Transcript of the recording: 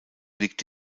liegt